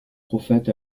prophètes